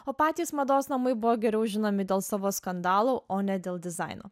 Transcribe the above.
o patys mados namai buvo geriau žinomi dėl savo skandalo o ne dėl dizaino